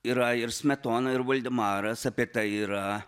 yra ir smetona ir valdemaras apie tai yra